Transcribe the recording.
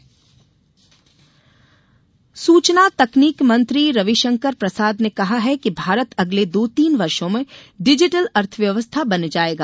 FICCI आयोजन सूचना तकनीक मंत्री रविशंकर प्रसाद ने कहा है कि भारत अगले दो तीन वर्षो में डिजिटल अर्थव्यवस्था बन जाएगा